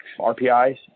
RPIs